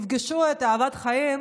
יפגשו את אהבת חייהם,